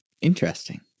Interesting